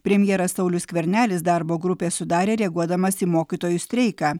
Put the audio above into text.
premjeras saulius skvernelis darbo grupę sudarė reaguodamas į mokytojų streiką